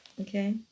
Okay